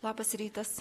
labas rytas